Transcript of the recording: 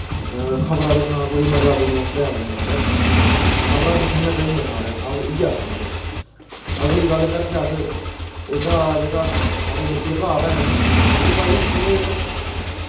खबरां दिक्खने दा कोई मज़ा बी निं औंदा ऐ इन्ना जादै ते खबरां दिक्खनियां चाही दियां सारें अस इयै आक्खने भई ते अगली गल्ल करचै अस एह्दा जेह्का साढ़े निक्के भैन भ्राऽ न ओह् भई उनें